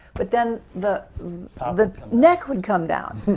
but then the ah the neck would come down.